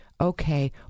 Okay